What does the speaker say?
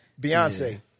Beyonce